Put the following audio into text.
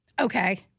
Okay